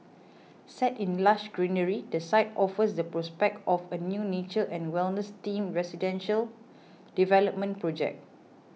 set in lush greenery the site offers the prospect of a new nature and wellness themed residential development project